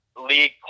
league